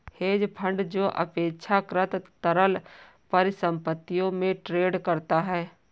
hedge fund जो अपेक्षाकृत तरल परिसंपत्तियों में ट्रेड करता है